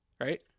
right